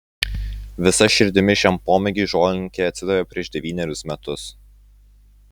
visa širdimi šiam pomėgiui žolininkė atsidavė prieš devynerius metus